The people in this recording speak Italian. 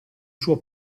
suo